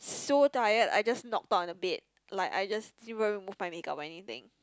so tired I just knocked out on the bed like I just didn't even remove my make-up or anything